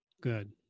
good